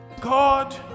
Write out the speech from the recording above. God